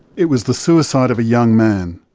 it was the suicide of a young man,